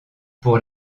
pour